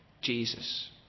Jesus